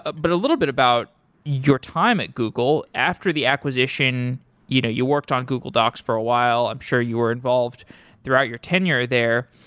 ah but a little bit about your time at google, after the acquisition you know you worked on google docs for a while. i'm sure you're involved throughout your tenure there.